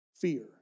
Fear